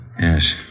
Yes